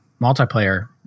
multiplayer